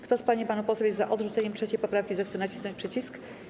Kto z pań i panów posłów jest za odrzuceniem 3. poprawki, zechce nacisnąć przycisk.